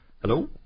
Hello